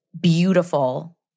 beautiful